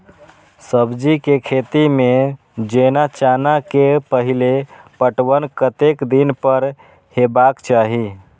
सब्जी के खेती में जेना चना के पहिले पटवन कतेक दिन पर हेबाक चाही?